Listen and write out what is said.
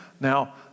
Now